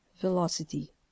Velocity